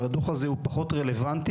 אבל הדוח הזה הוא פחות רלוונטי,